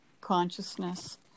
consciousness